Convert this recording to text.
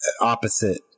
opposite